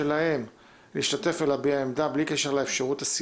שקארין אלהרר השתתפה בה ועלתה השאלה האם זה אפשרי או לא אפשרי.